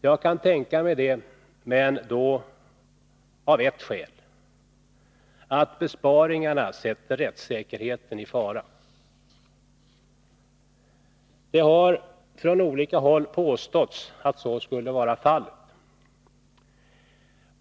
Jag kan tänka mig det — av ett skäl: att besparingen sätter rättssäkerheten i sammansättning Det har från olika håll påståtts att så skulle vara fallet.